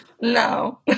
No